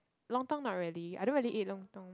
lontong not really I don't really eat lontong